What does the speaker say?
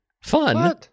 Fun